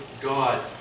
God